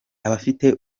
abafite